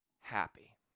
happy